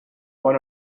one